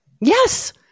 Yes